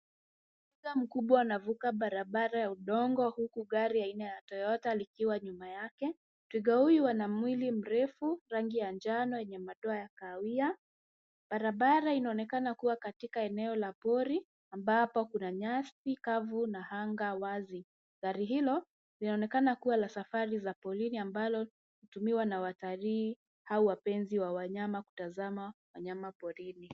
Twiga mkubwa anavuka barabara ya udongo huku gari aina ya toyota likiwa nyuma yake. Twiga huyu ana mwili mrefu, rangi ya njano yenye madoa ya kahawia. Barabara inaonekana kuwa katika eneo la pori ambapo kuna nyasi kavu na anga wazi. Gari hilo linanekana kuwa la safari ya porini ambalo hutumiwa na watalii au wapenzi wa wanyama kutazama wanyama porini.